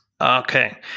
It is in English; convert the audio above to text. Okay